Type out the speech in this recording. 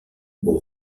aux